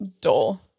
dull